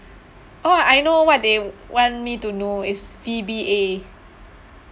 oh I know what they want me to know it's V_B_A